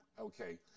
Okay